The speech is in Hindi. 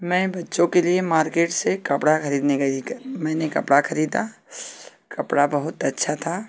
मैं बच्चो के लिए मार्केट से कपड़ा खरीदने गई क मैंने कपड़ा खरीदा कपड़ा बहुत अच्छा था